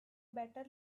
better